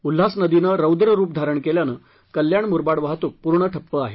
उल्हास नदीनं रौद्र रुप धारण केल्यानं कल्याण मुखबड वाहतूक पूर्ण ठप्प आहे